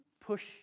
push